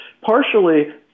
partially